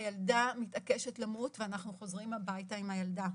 הילדה מתעקשת למות ואנחנו חוזרים הביתה עם הילדה.